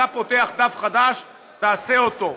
אתה פותח דף חדש, תעשה אותו.